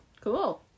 Cool